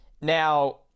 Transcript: Now